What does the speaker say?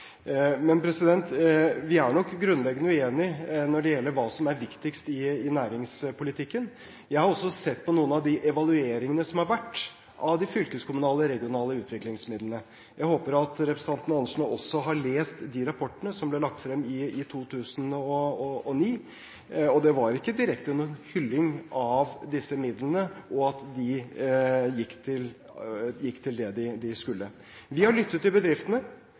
Men vi er nok grunnleggende uenig når det gjelder hva som er viktigst i næringspolitikken. Jeg har også sett på noen av de evalueringene som har vært av de fylkeskommunale og regionale utviklingsmidlene. Jeg håper at representanten Andersen også har lest de rapportene, som ble lagt frem i 2009. Det var ikke bare en hylling av disse midlene og at de kun gikk til det de skulle. Vi har lyttet til bedriftene,